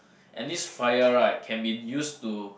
and this fire right can been used to